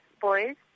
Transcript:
boys